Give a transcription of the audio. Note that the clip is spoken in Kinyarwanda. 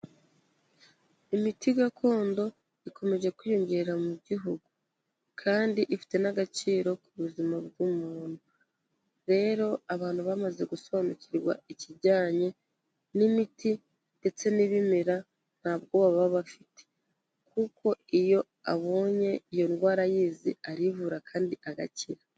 Imiti gakondo ikomeje kwiyongera mu gihugu kandi ifite n'agaciro ku buzima bw'umuntu, rero abantu bamaze gusobanukirwa ikijyanye n'imiti ndetse n'ibimera nta bwoba baba bafite kuko iyo abonye iyo ndwara ayizi arivura kandi agakira.